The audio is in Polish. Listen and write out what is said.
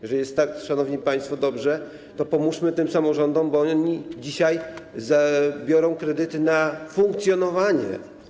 Jeżeli jest, szanowni państwo, tak dobrze, to pomóżmy tym samorządom, bo one dzisiaj biorą kredyty na funkcjonowanie.